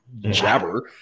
jabber